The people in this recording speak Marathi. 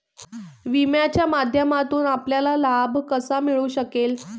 विम्याच्या माध्यमातून आपल्याला लाभ कसा मिळू शकेल?